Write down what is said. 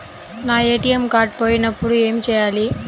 నా ATM card పోయినప్పుడు ఏమి చేయాలి?